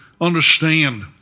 understand